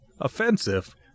offensive